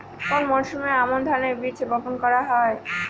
কোন মরশুমে আমন ধানের বীজ বপন করা হয়?